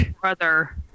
brother